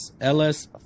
LS